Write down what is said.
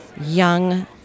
young